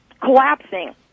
collapsing